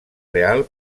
real